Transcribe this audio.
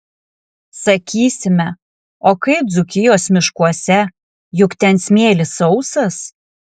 sakysime o kaip dzūkijos miškuose juk ten smėlis sausas